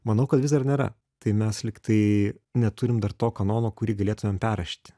manau kad vis dar nėra tai mes lyg tai neturim dar to kanono kurį galėtumėm perrašyti